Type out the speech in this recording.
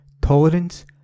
tolerance